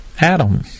Adam